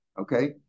Okay